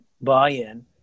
buy-in